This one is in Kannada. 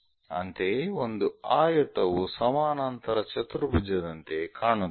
ಅಂತೆಯೇ ಒಂದು ಆಯತವು ಸಮಾನಾಂತರ ಚತುರ್ಭುಜದಂತೆ ಕಾಣುತ್ತದೆ